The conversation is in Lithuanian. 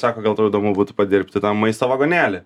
sako gal tau įdomu būti padirbti tam maisto vagonėly